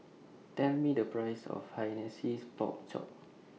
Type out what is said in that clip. Tell Me The Price of Hainanese Pork Chop